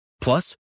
Plus